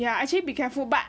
ya actually be careful but